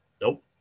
Nope